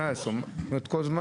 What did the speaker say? כלומר, כל זמן